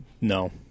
No